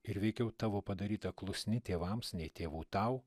ir veikiau tavo padaryta klusni tėvams nei tėvų tau